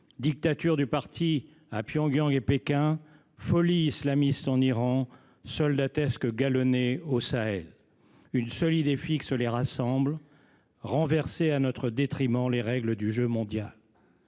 dictature du parti à Pyongyang et Pékin, folie islamiste en Iran, soldatesque galonnée au Sahel. Une seule idée fixe les rassemble : renverser, à notre détriment, les règles du jeu mondial.